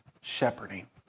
shepherding